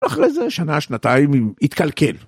אחרי זה, שנה-שנתיים, התקלקל.